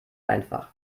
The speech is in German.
einfach